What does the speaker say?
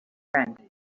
friend